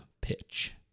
pitch